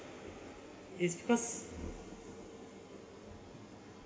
it's because